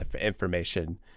information